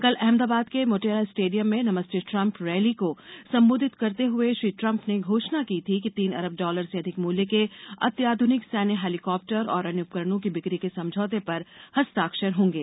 कल अहमदाबाद के मोटेरा स्टेडियम में नमस्ते ट्रम्प रैली को संबोधित करते हुए श्री ट्रम्प ने घोषणा की थी कि तीन अरब डॉलर से अधिक मूल्य के अत्याध्रनिक सैन्य हैलीकॉप्टर और अन्य उपकरणों की बिक्री के समझौतों पर हस्ताक्षर होंगे